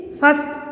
first